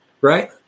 right